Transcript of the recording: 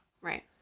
Right